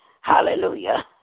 Hallelujah